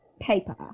paper